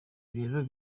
rero